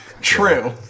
true